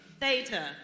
Theta